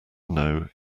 know